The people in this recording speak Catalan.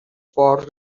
porcs